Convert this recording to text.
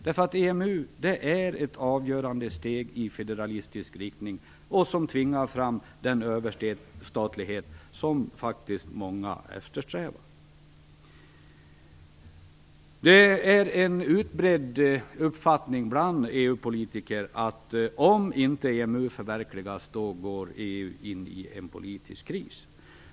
EMU är nämligen ett avgörande steg i federalistisk riktning som tvingar fram den överstatlighet som faktiskt många eftersträvar. Det är numera en utbredd uppfattning bland EU politiker att EU, om EMU inte förverkligas, går in i en politisk kris.